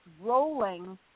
rolling